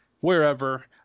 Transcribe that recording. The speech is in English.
wherever